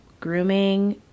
Grooming